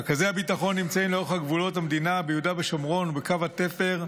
רכזי הביטחון נמצאים לאורך גבולות המדינה ביהודה ושומרון ובקו התפר,